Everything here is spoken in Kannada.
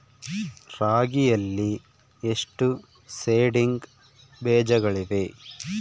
ರಾಗಿಯಲ್ಲಿ ಎಷ್ಟು ಸೇಡಿಂಗ್ ಬೇಜಗಳಿವೆ?